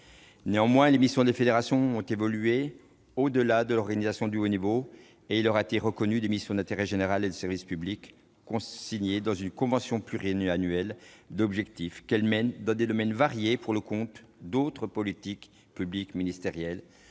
Néanmoins, les missions des fédérations ont évolué au-delà de l'organisation du haut niveau. Il leur a été reconnu des missions d'intérêt général et de service public, consignées dans une convention pluriannuelle d'objectifs, qu'elles mènent dans des domaines variés, pour le compte d'autres politiques publiques ministérielles,